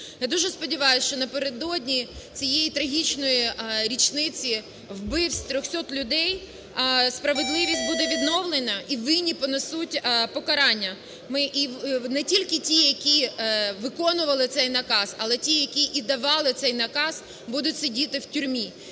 Я дуже сподіваюсь, що напередодні цієї трагічної річниці вбивств 300 людей справедливість буде відновлена і винні понесуть покарання. І не тільки ті, які виконували цей наказ, але і ті, які давали цей наказ, будуть сидіти в тюрмі.